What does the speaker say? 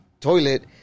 toilet